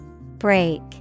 Break